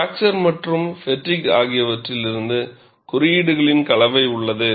fracture மற்றும் ஃப்பெட்டிக் ஆகியவற்றிலிருந்து குறியீடுகளின் கலவை உள்ளது